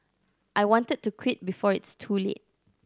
I wanted to quit before it's too late